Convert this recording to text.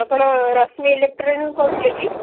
ଆପଣ ରଶ୍ମି ଇଲେକ୍ଟ୍ରୋନିକ୍ରୁ କହୁଥିଲେ କି